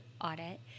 audit